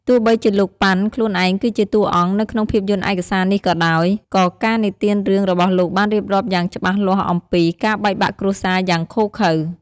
ទោះបីជាលោក ប៉ាន់ ខ្លួនឯងគឺជា "តួអង្គ" នៅក្នុងភាពយន្តឯកសារនេះក៏ដោយ ក៏ការនិទានរឿងរបស់លោកបានរៀបរាប់យ៉ាងច្បាស់លាស់អំពី ការបែកបាក់គ្រួសារយ៉ាងឃោរឃៅ។